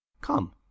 come